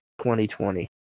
2020